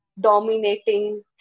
dominating